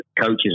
coaches